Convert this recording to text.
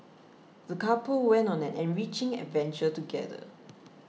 the couple went on an enriching adventure together